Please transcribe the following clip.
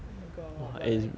oh my god but like